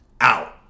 out